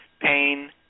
Pain